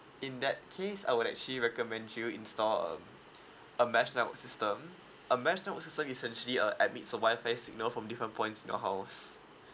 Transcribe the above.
in that case I would actually recommend you install um a mesh network system a mesh network system essentially uh emits a WI-FI signals from different points in your house